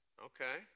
Okay